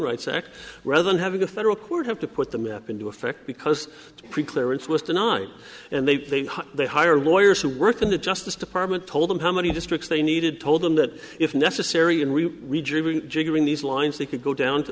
rights act rather than having a federal court have to put the map into effect because pre clearance was denied and they they they hire lawyers who work in the justice department told them how many districts they needed told them that if necessary and we bring these lines they could go down to